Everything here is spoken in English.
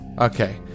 Okay